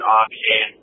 option